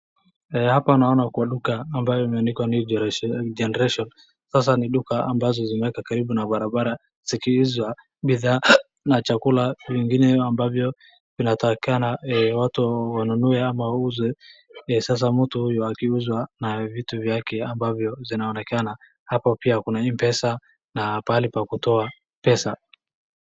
Hapa naona kuna duka ambayo imeandikwa new generation sasa ni duka ambazo zimewekwa karibu na barabara, zikiuza bidhaa na chakula, vingine ambavyo vinatakikana watu wanunue ama wauze. Sasa mtu huyu akiuza na vitu vyake ambavyo vinaonekana, hapa pia kuna mpesa na pahali pa kutoa mpesa.